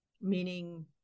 meaning